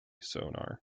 sonar